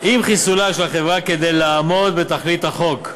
עם חיסול החברה כדי לעמוד בתכלית החוק.